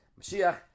Mashiach